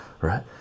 right